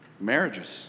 marriages